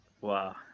Wow